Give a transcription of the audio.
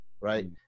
right